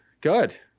Good